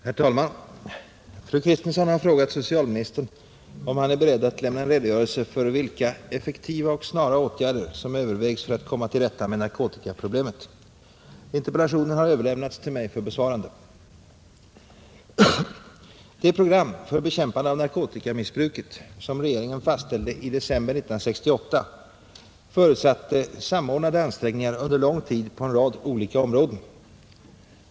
Herr talman! Fru Kristensson har frågat socialministern, om han är beredd att lämna en redogörelse för vilka ”effektiva och snara åtgärder” som övervägs för att komma till rätta med narkotikaproblemet. Interpellationen har överlämnats till mig för besvarande. Det program för bekämpande av narkotikamissbruket som regeringen fastställde i december 1968 förutsatte samordnade ansträngningar under lång tid på en rad olika områden.